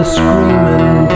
screaming